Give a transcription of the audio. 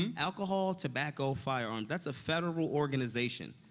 and alcohol, tobacco, firearms. that's a federal organization.